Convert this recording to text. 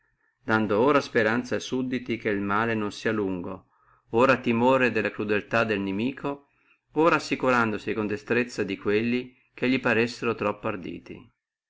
dando ora speranza a sudditi che el male non fia lungo ora timore della crudeltà del nimico ora assicurandosi con destrezza di quelli che li paressino troppo arditi